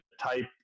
type